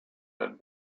had